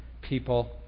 people